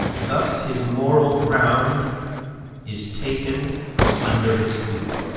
thus his moral ground is taken from under his feet.